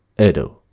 Edo